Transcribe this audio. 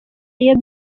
iyo